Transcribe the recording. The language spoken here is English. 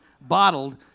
bottled